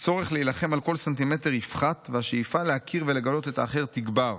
הצורך להילחם על כל סנטימטר יפחת והשאיפה להכיר ולגלות את האחר תגבר,